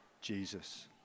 Jesus